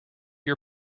your